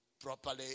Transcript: properly